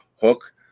hook